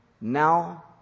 now